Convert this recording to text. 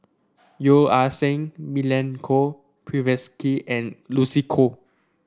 Yeo Ah Seng Milenko Prvacki and Lucy Koh